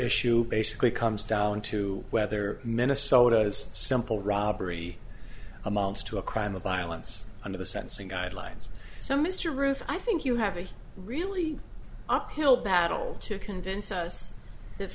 issue basically comes down to whether minnesota's simple robbery amounts to a crime of violence under the sensing guidelines so mr ruef i think you have a really uphill battle to convince us that